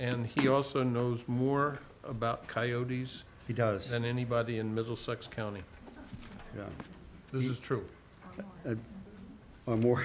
and he also knows more about coyotes he got us and anybody in middlesex county this is true or more